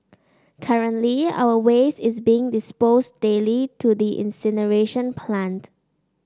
currently our waste is being disposed daily to the incineration plant